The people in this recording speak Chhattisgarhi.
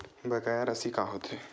बकाया राशि का होथे?